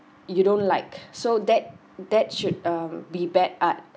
you don't like so that that should um be bad art